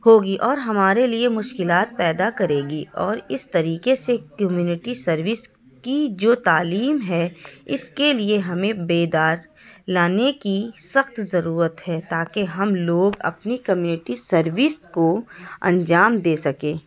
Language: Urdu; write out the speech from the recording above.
ہوگی اور ہمارے لیے مشکلات پیدا کرے گی اور اس طریقے سے کمیونٹی سروس کی جو تعلیم ہے اس کے لیے ہمیں بیداری لانے کی سخت ضرورت ہے تاکہ ہم لوگ اپنی کمیونٹی سروس کو انجام دے سکیں